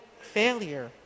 failure